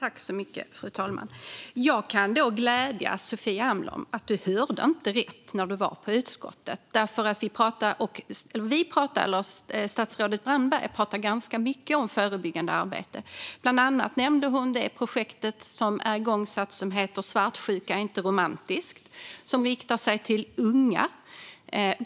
Fru talman! Då kan jag glädja Sofia Amloh med att hon inte hörde rätt när hon var hos utskottet. Vi, eller statsrådet Brandberg, pratade ganska mycket om förebyggande arbete. Bland annat nämnde hon det projekt som är igångsatt och som heter Svartsjuka är inte romantiskt, som riktar sig till unga.